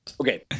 Okay